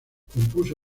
compuso